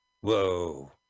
Whoa